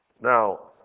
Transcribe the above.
Now